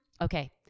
okay